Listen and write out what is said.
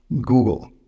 google